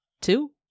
two